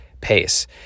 pace